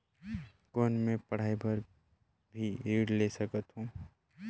कौन मै पढ़ाई बर भी ऋण ले सकत हो?